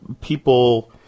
people